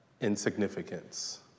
insignificance